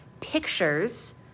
pictures